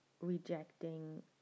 rejecting